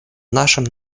нашем